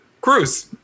Cruz